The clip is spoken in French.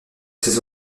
ses